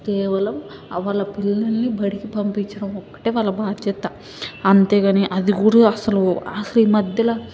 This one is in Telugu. కేవలం వాళ్ళ పిల్లలని బడికి పంపించడం ఒక్కటే వాళ్ళ బాధ్యత అంతే కాని అదికూడా అస్సలు అస్సలు ఈ మద్యల